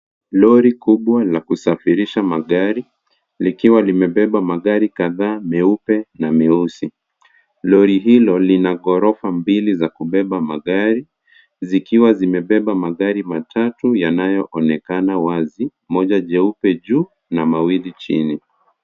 Lori kubwa la kusafirisha magari likiwa limebeba magari kadhaa meupe na meusi. Lori hilo lina ghorofa mbili za kubeba magari zikiwa zimebeba magari matatu yanayoonekana wazi, moja jeupe juu na mawili chini.